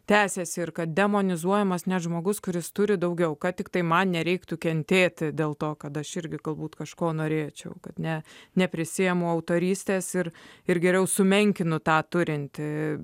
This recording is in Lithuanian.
tęsiasi ir kad demonizuojamas ne žmogus kuris turi daugiau kad tiktai man nereiktų kentėti dėl to kad aš irgi galbūt kažko norėčiau kad ne neprisiimu autorystės ir ir geriau sumenkinu tą turinti